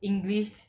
english